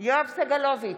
יואב סגלוביץ'